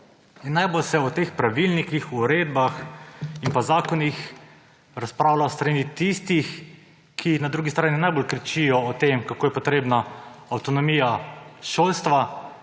Najbolj se o teh pravilnikih, uredbah in zakonih razpravlja s strani tistih, ki na eni strani najbolj kričijo o tem, kako je potrebna avtonomija šolstva,